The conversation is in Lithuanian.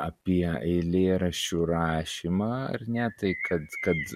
apie eilėraščių rašymą ar ne tai kad kad